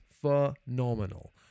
phenomenal